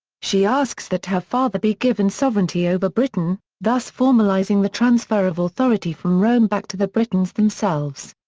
she asks that her father be given sovereignty over britain, thus formalising the transfer of authority from rome back to the britons themselves.